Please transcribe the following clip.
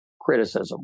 criticism